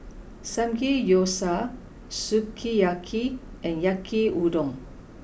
Samgeyopsal Sukiyaki and Yaki Udon